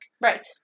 Right